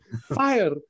fire